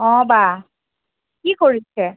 অঁ বা কি কৰিছে